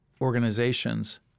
organizations